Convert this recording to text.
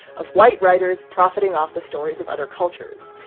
of white writers profiting off the stories of other cultures.